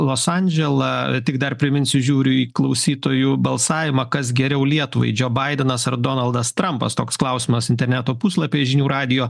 los andželą tik dar priminsiu žiūriu į klausytojų balsavimą kas geriau lietuvai džio baidenas ar donaldas trampas toks klausimas interneto puslapy žinių radijo